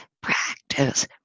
practice